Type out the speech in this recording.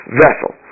vessel